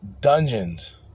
dungeons